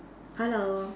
hello